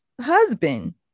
husband